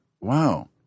wow